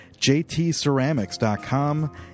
jtceramics.com